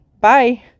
Bye